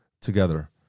together